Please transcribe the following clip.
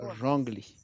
wrongly